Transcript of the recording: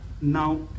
now